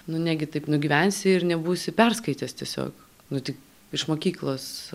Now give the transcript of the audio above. nu negi taip nugyvensi ir nebūsi perskaitęs tiesiog nu tik iš mokyklos